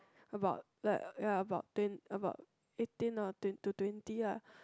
about like ya about twen~ about eighteen or to twenty ah